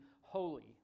holy